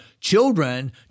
children